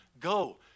Go